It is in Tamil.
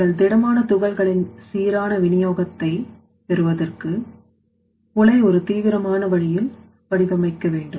நீங்கள் திடமான துகள்களின் சீரான விநியோகத்தை பெறுவதற்கு முளை ஒரு தீவிரமான வழியில் வடிவமைக்க வேண்டும்